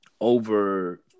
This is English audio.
over